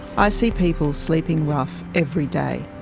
i see people sleeping rough every day.